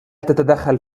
تتدخل